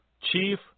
Chief